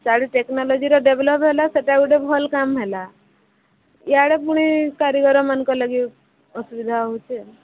ସେଆଡ଼େ ଟେକ୍ନୋଲୋଜିର ଡ଼େଭଲପ୍ ହେଲା ସେଟା ଗୋଟେ ଭଲ କାମ ହେଲା ୟାଡ଼େ ପୁଣି କାରିଗରମାନଙ୍କ ଲାଗି ଅସୁବିଧା ହେଉଛି ଆଉ